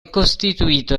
costituito